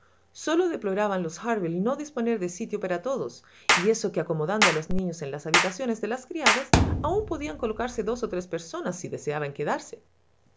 sólo deploraban los harville no disponer de sitio para todos y eso que acomodando a los niños en las habitaciones de las criadas aún podían colocarse dos o tres personas si deseaban quedarse